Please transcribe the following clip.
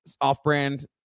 off-brand